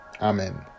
amen